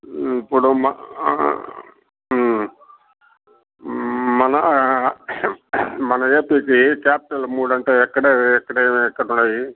ఇప్పుడు మన మన మన ఏపీకి క్యాపిటలు మూడు అంట ఎక్కడ అవి ఎక్కడ అవి ఎక్కడు ఉన్నాయి